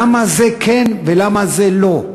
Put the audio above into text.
למה זה כן ולמה זה לא?